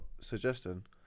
suggestion